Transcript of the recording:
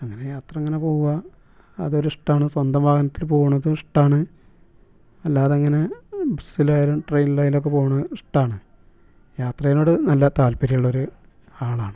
അങ്ങനെ യാത്ര അങ്ങനെ പോവാം അതൊരു ഇഷ്ടമാണ് സ്വന്തം വാഹനത്തിൽ പോവുന്നതും ഇഷ്ടമാണ് അല്ലാതെ അങ്ങനെ ബസ്സിലായാലും ട്രെയിനിലായാലൊക്കെ പോകുന്നത് ഇഷ്ടമാണ് യാത്രനോട് നല്ല താല്പര്യള്ള ഒരു ആളാണ്